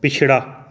पिछड़ा